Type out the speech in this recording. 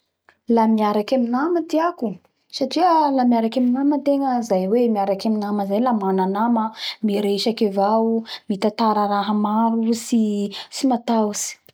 La miaraky amy nama tiako satria la miaraky amy nama tegna la zay miaraky amy nama zay hoe la mana nama ma miresaky avao mitatara raha maro tsy tsy matahotsy.